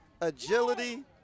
agility